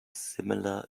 similar